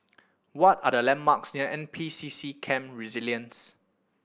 what are the landmarks near N P C C Camp Resilience